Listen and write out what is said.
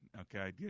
Okay